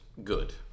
Good